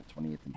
28th